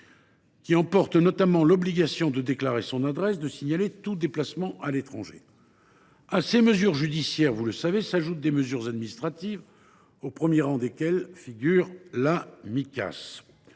qui emporte notamment l’obligation de déclarer son adresse et de signaler tout déplacement à l’étranger. Enfin, à ces mesures judiciaires s’ajoutent des mesures administratives, au premier rang desquelles figurent les